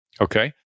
Okay